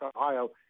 Ohio